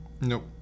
nope